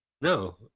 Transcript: No